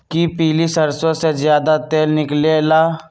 कि पीली सरसों से ज्यादा तेल निकले ला?